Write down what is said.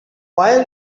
why